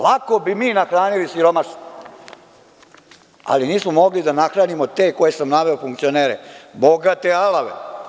Lako bi mi nahranili siromašne, ali nismo mogli da nahranimo te koje sam naveo funkcionere bogate, alave.